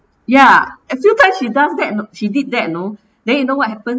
ya a few times she does that no she did that you know they you know what happen